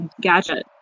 gadget